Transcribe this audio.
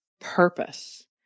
purpose